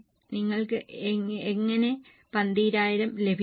നിങ്ങൾക്ക് എങ്ങനെ 12000 ലഭിച്ചു